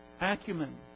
acumen